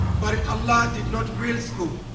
but allah did not real school.